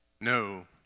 No